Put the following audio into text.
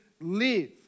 live